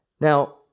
Now